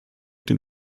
den